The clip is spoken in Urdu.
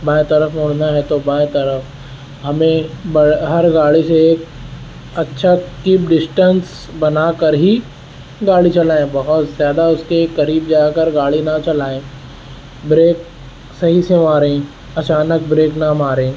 بائیں طرف مڑنا ہے تو بائیں طرف ہمیں ہر گاڑی سے ایک اچھا گیپ ڈسٹینس بنا کر ہی گاڑی چلائیں بہت زیادہ اس کے قریب جا کر گاڑی نہ چلائیں بریک صحیح سے ماریں اچانک بریک نہ ماریں